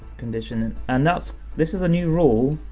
condition. and and so this is a new rule,